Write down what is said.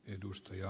edustaja